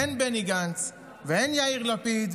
הן בני גנץ והן יאיר לפיד,